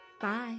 Bye